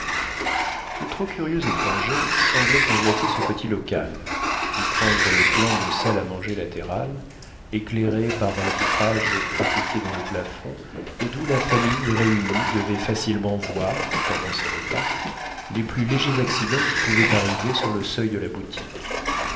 le trop curieux étranger semblait convoiter ce petit local y prendre le plan d'une salle à manger latérale éclairée par un vitrage pratiqué dans le plafond et d'où la famille réunie devait facilement voir pendant ses repas les plus légers accidents qui pouvaient arriver sur le seuil de la boutique